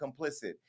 complicit